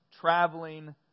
traveling